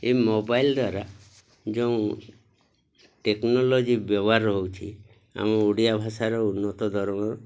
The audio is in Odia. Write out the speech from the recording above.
ଏ ମୋବାଇଲ୍ ଦ୍ୱାରା ଯେଉଁ ଟେକ୍ନୋଲୋଜି ବ୍ୟବହାର ହଉଛି ଆମ ଓଡ଼ିଆ ଭାଷାର ଉନ୍ନତ ଧରଣର